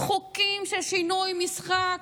חוקים של שינוי משחק,